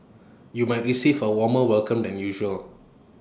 you might receive A warmer welcome than usual